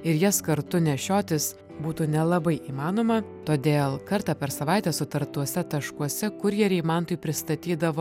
ir jas kartu nešiotis būtų nelabai įmanoma todėl kartą per savaitę sutartuose taškuose kurjeriai mantui pristatydavo